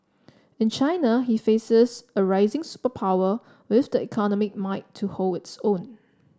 in China he faces a rising superpower with the economic might to hold its own